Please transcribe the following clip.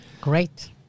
Great